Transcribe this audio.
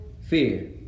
Fear